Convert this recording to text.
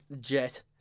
jet